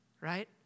right